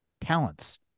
talents